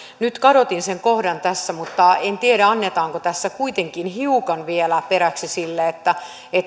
nyt kadotin sen kohdan tässä mutta en tiedä annetaanko tässä kuitenkin hiukan vielä periksi sille että